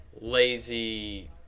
lazy